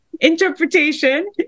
interpretation